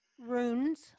Runes